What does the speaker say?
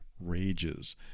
rages